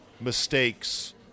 mistakes